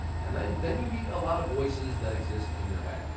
and then then you meet a lot of voices that exist in your head.